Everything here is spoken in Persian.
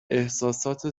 احساسات